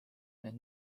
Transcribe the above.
need